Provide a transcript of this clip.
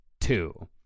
two